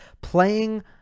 playing